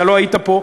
אתה לא היית פה,